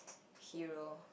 hero